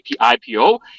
IPO